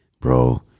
bro